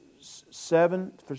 seven